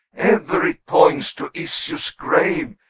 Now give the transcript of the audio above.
ever it points to issues grave.